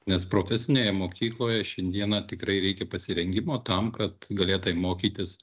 nes profesinėje mokykloje šiandieną tikrai reikia pasirengimo tam kad galėtai mokytis